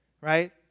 right